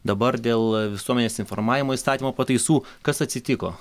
dabar dėl visuomenės informavimo įstatymo pataisų kas atsitiko